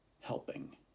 helping